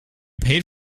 paid